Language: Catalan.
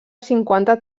cinquanta